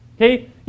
Okay